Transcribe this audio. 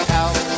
out